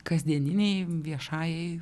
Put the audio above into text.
kasdieninei viešajai